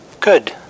Good